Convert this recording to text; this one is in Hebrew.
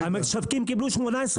לגבי הנושא של הביצים מחו"ל ונושא האירוז.